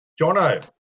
Jono